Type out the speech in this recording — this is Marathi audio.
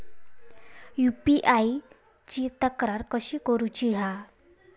यू.पी.आय ची तक्रार कशी करुची हा?